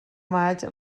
maig